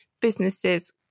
businesses